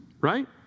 right